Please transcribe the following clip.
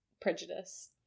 prejudice